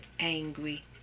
angry